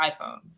iPhone